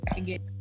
again